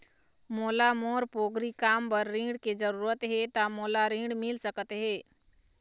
मोला मोर पोगरी काम बर ऋण के जरूरत हे ता मोला ऋण मिल सकत हे?